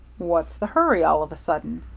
what's the hurry all of a sudden?